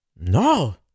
No